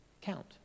count